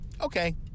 okay